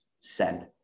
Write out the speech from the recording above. send